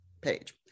page